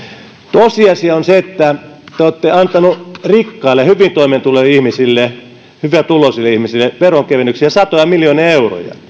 tosiasia on se että te olette antaneet rikkaille hyvin toimeentuleville ihmisille hyvätuloisille ihmisille veronkevennyksiä satoja miljoonia euroja